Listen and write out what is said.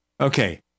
Okay